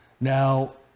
Now